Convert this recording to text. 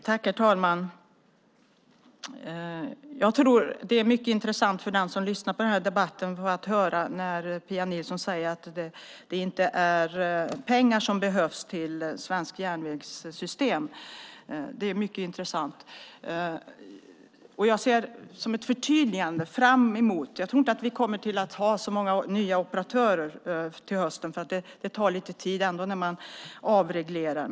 Herr talman! Det är mycket intressant för den som lyssnar på debatten att höra när Pia Nilsson säger att det inte är pengar som behövs till svenskt järnvägssystem. Jag tror inte att vi kommer att ha så många nya operatörer till hösten, för det tar lite tid när man avreglerar.